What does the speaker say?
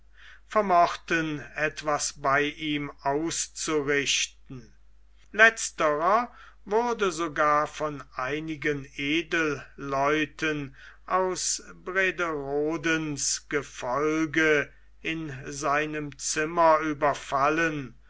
vermochten etwas bei ihm auszurichten letzterer wurde sogar von einigen edelleuten aus brederodes gefolge in seinem zimmer überfallen